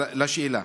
אבל לשאלה: